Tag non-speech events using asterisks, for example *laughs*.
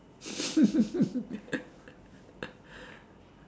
*laughs*